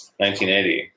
1980